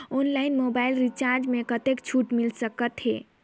Online mobile recharge मे कतेक छूट मिल सकत हे?